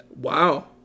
wow